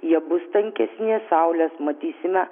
jie bus tankesni saulės matysime